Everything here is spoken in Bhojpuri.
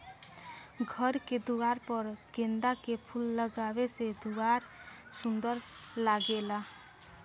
घर के दुआर पर गेंदा के फूल लगावे से दुआर सुंदर लागेला